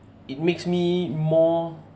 it makes me more